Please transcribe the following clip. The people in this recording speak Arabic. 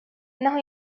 إنه